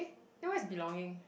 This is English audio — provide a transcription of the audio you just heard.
then where is belonging